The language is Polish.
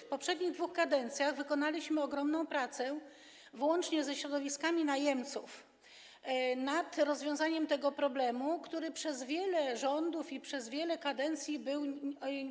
W poprzednich dwóch kadencjach wykonaliśmy ogromną pracę, wraz ze środowiskami najemców, związaną z rozwiązaniem tego problemu, który był przez wiele rządów i przez wiele kadencji